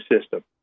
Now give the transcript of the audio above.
system